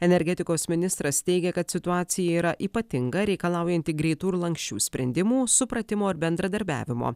energetikos ministras teigė kad situacija yra ypatinga reikalaujanti greitų ir lanksčių sprendimų supratimo ir bendradarbiavimo